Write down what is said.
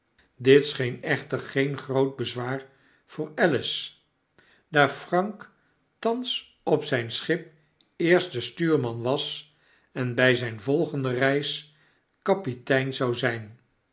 dit scheen echter geen groot bezwaar voor alice daar frank thans op zgn schip eerste stuurman was en bg zgn volgende reis kapitein zou zgn